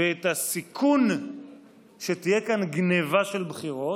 ואת הסיכון שתהיה כאן גנבה של בחירות,